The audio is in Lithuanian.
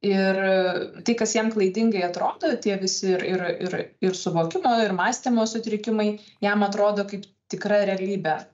ir tai kas jam klaidingai atrodo tie visi ir ir ir ir suvokimo ir mąstymo sutrikimai jam atrodo kaip tikra realybė